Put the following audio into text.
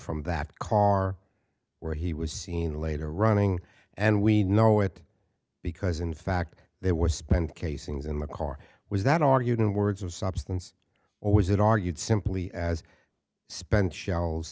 from that car where he was seen later running and we know it because in fact there were spent casings in the car was that argued in words of substance or was it argued simply as spent shells